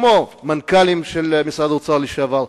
כמו מנכ"לים של משרד האוצר לשעבר,